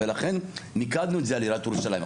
לכן מיקדנו את זה על עיריית ירושלים.